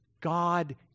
God